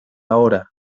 hora